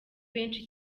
benshi